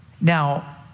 Now